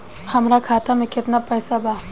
हमार खाता में केतना पैसा बा?